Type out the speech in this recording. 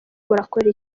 mukora